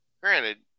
granted